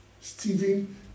Stephen